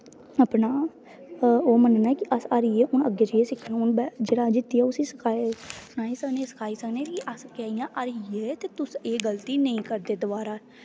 अपना ओह् मन्नना कि अस हारी गे हून अग्गें जाइयै सिक्खना जेह्ड़ा जित्ती गेआ उसी सखाई सकने सनाई सकने कि अस कि'यां हारी गे ते तुस एह् गल्ती नेईं करदे दोवारा